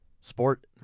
sport –